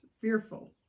fearful